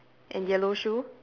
and yellow shoe